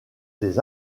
des